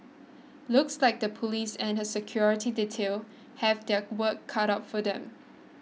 looks like the police and her security detail have their work cut out for them